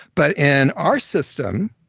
but in our system